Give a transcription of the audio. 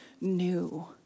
new